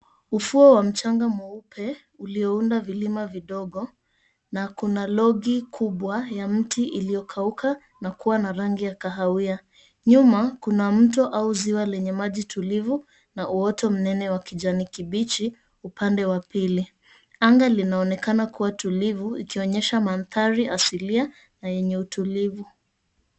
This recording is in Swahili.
Ufuo wa mchanga mweupe uliounda milima midogo na kuna logi kubwa ya mti iliyokauka na kuwa na rangi ya kahawia. Nyuma, kuna mto au ziwa lenye maji tulivu na uoto mnene wa kijani kibichi upande wa pili. Anga linaonekana kuwa tulivu ukionyesha mandhari asilia na yenye utulivu.